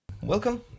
Welcome